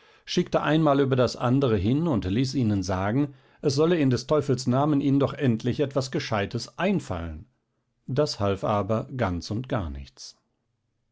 schickte ein mal über das andere hin und ließ ihnen sagen es solle in des teufels namen ihnen doch endlich etwas gescheites einfallen das half aber ganz und gar nichts